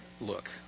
look